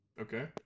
okay